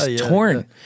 torn